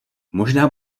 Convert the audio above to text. možná